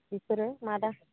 बेफोरो मा दाम